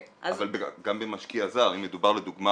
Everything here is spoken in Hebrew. -- אבל גם במשקיע זר אם מדובר לדוגמה